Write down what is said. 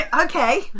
okay